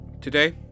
Today